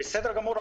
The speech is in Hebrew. בסדר גמור.